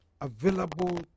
available